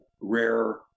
rare